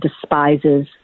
despises